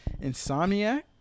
insomniac